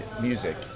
music